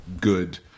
good